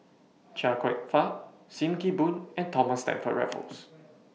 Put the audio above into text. Chia Kwek Fah SIM Kee Boon and Thomas Stamford Raffles